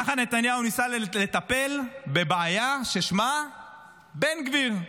ככה נתניהו ניסה לטפל בבעיה ששמה בן גביר,